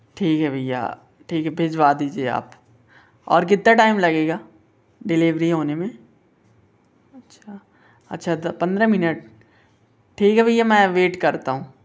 ठीक है भय्या ठीक है भिजवा दीजिए आप और कितना टाइम लगेगा डिलिवरी होने में अच्छा अच्छा तो पन्द्रह मिनट ठीक है भय्या मैं वेट करता हूँ